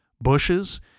bushes